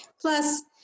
Plus